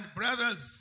brothers